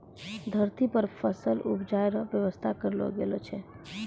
धरती पर फसल उपजाय रो व्यवस्था करलो गेलो छै